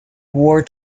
war